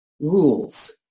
rules